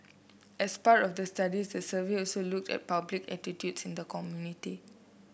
as part of the study the survey also looked at public attitudes in the community